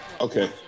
okay